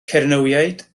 cernywiaid